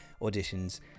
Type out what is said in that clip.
auditions